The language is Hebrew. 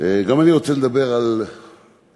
גם אני רוצה לדבר על הרציפות,